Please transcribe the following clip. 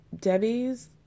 Debbie's